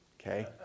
Okay